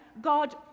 God